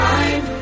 Time